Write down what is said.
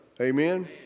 Amen